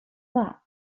war